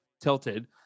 tilted